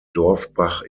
dorfbach